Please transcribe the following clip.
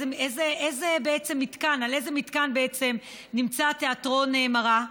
על איזה מתקן נמצא תיאטרון מראה.